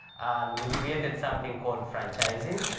and we created something called franchising.